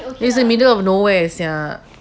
it's the middle of nowhere sia